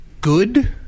good